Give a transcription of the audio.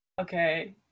Okay